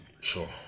sure